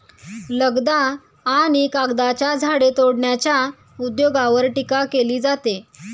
लगदा आणि कागदाच्या झाडे तोडण्याच्या उद्योगावर टीका केली जाते